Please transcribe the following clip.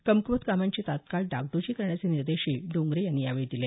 कम्कुवत कामांची तात्काळ डागड़जी करण्याचे निर्देशही डोंगरे यांनी यावेळी दिले